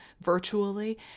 virtually